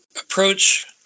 approach